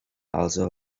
also